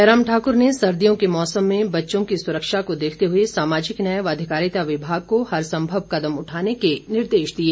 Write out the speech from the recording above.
जयराम ठाकुर ने सर्दियों के मौसम में बच्चों की सुरक्षा को देखते हुए सामाजिक न्याय व अधिकारिता विभाग को हरसंभव कदम उठाने के निर्देश दिए